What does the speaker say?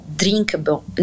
drinkable